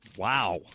Wow